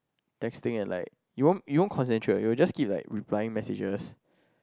texting and like you won't you won't concentrated you would just keep like replying messages